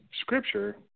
Scripture